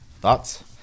Thoughts